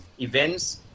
events